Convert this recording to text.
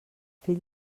fill